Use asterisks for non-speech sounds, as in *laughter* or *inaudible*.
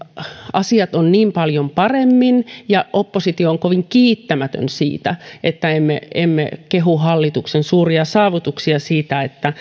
asiat ovat niin paljon paremmin ja oppositio on kovin kiittämätön siinä että emme kehu hallituksen suuria saavutuksia siitä että *unintelligible*